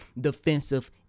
defensive